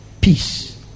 peace